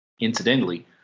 incidentally